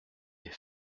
est